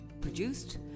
produced